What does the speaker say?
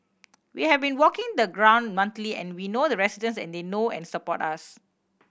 we have been walking the ground monthly and we know the residents and they know and support us